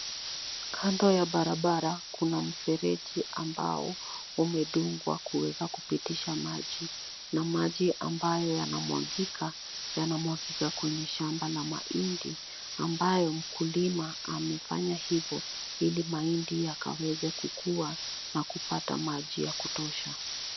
Kando ya barabara kuna mfereji ambao umedungwa kuweza kupitisha maji na maji ambayo yanamwagika yanamwagika kwenye shamba la mahindi ambayo mkulima amefanya hivyo ili mahindi yakaweze kukua na kupata maji.